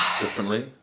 differently